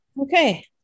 Okay